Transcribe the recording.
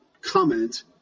comment